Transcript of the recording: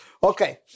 Okay